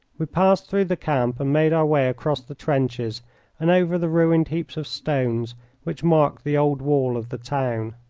we passed through the camp and made our way across the trenches and over the ruined heaps of stones which marked the old wall of the town.